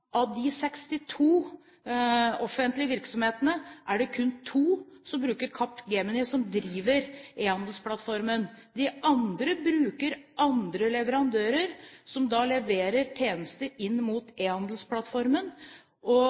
Av disse 62 offentlige virksomhetene er det kun to som bruker Capgemini, som driver Ehandelsplattformen – de andre bruker andre leverandører som da leverer tjenester inn mot Ehandelsplattformen.